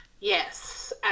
Yes